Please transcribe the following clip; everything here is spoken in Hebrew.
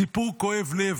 סיפור כואב בלב,